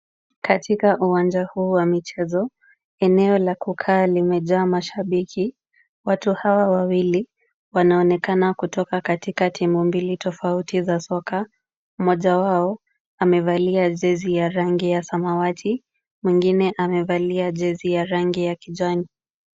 Katika uwanja huu wa michezo, eneo la kukaa limejaa mashabiki. Watu hawa wawili wanaonekana kutoka katika timu mbili tofauti za soccer . Mmoja wao amevalia jezi ya rangi ya samawati mwingine amevalia jezi ya rangi ya kijani.